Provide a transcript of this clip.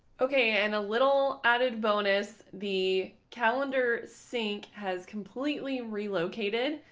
ok, and a little added bonus, the calendar sync has completely relocated.